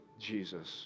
Jesus